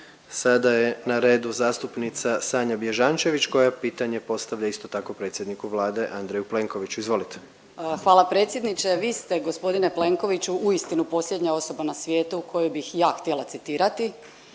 Sada je na redu zastupnica Sanja Bježančević koja pitanje postavlja isto tako predsjedniku Vlade Andreju Plenkoviću. Izvolite. **Bježančević, Sanja (SDP)** Hvala predsjedniče. Vi ste g. Plenkoviću uistinu posljednja osoba na svijetu koju bih ja htjela citirati,